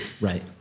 right